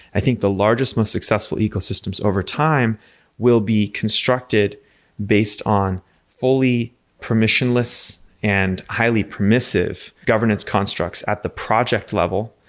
i think the largest, most successful ecosystems over time will be constructed based on fully permissionless and highly permissive governance constructs at the project level.